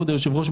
כבוד היושב-ראש,